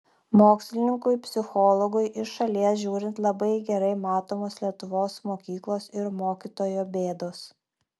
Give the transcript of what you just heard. mokslininkui psichologui iš šalies žiūrint labai gerai matomos lietuvos mokyklos ir mokytojo bėdos